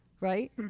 right